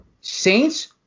saints